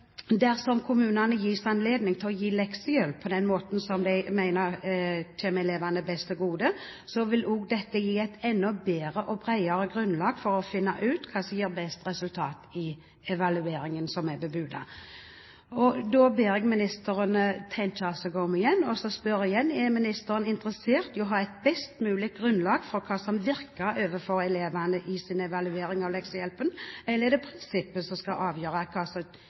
Dersom kommunene gis anledning til å gi leksehjelp på den måten som de mener kommer elevene best til gode, vil dette også gi et enda bedre og bredere grunnlag for å finne ut hva som gir best resultat i evalueringen som er bebudet. Da ber jeg ministeren tenke seg godt om, og jeg spør igjen: Er ministeren interessert i å ha et best mulig grunnlag for hva som virker for elevene i sin evaluering av leksehjelpen, eller er det prinsippet som skal avgjøre